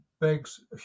begs